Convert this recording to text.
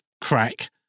crack